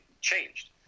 changed